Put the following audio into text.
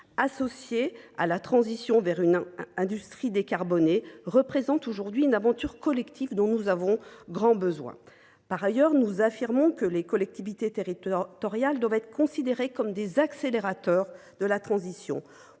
associée à la transition vers une industrie décarbonée, constitue une aventure collective dont nous avons grand besoin. Par ailleurs, nous pensons que les collectivités territoriales doivent être considérées comme des accélérateurs de la transition.